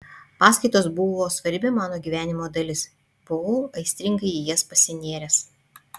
paskaitos buvo svarbi mano gyvenimo dalis buvau aistringai į jas pasinėręs